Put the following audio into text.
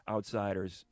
Outsiders